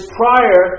prior